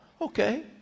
Okay